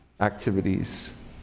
activities